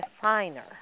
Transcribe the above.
designer